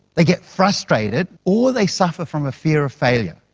they get frustrated, or they suffer from a fear of failure.